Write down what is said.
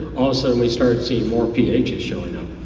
also we start seeing more pahs showing up.